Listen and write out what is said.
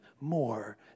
more